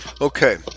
Okay